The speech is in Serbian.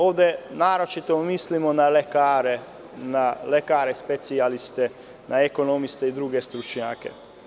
Ovde naročito mislimo na lekare specijaliste, na ekonomiste i druge stručnjake.